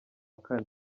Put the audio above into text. kane